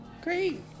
Great